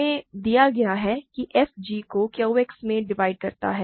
हमें दिया गया है कि f g को Q X में डिवाइड करता है